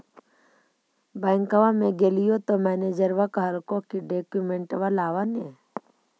बैंकवा मे गेलिओ तौ मैनेजरवा कहलको कि डोकमेनटवा लाव ने?